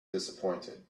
disappointed